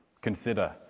Consider